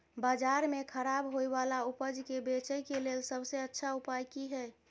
बाजार में खराब होय वाला उपज के बेचय के लेल सबसे अच्छा उपाय की हय?